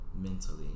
mentally